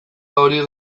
hori